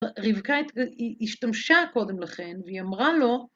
רבקה השתמשה קודם לכן, והיא אמרה לו,